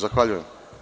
Zahvaljujem.